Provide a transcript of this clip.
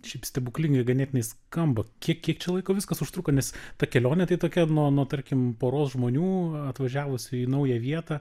šiaip stebuklingai ganėtinai skamba kiek kiek čia laiko viskas užtruko nes ta kelionė tai tokia nuo nuo tarkim poros žmonių atvažiavusių į naują vietą